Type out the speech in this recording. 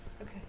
Okay